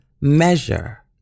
measure